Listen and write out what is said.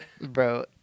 Bro